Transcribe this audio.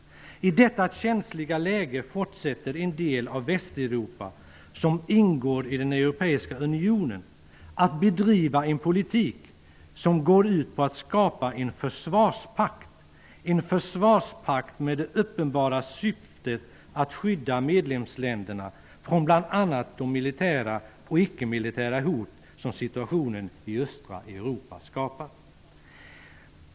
I detta känsliga läge fortsätter den del av Västeuropa som ingår i den europeiska unionen att bedriva en politik som går ut på att skapa en försvarspakt, en försvarspakt med det uppenbara syftet att skydda medlemsländerna från bl.a. de militära och icke-militära hot som situationen i östra Europa skapar.